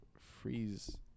Freeze